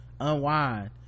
unwind